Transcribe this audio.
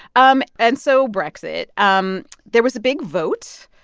um and so brexit um there was a big vote.